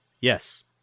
Yes